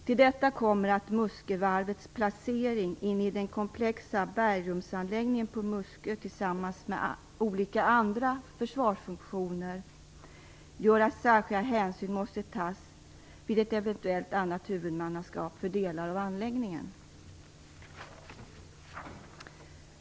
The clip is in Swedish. Till detta kommer att Muskövarvets placering inne i den komplexa bergrumsanläggningen på Muskö tillsammans med olika andra försvarsfunktioner gör att särskilda hänsyn måste tas vid ett eventuellt annat huvudmannaskap för delar av anläggningen.